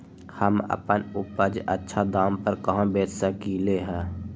हम अपन उपज अच्छा दाम पर कहाँ बेच सकीले ह?